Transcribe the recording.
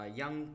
young